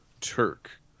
Turk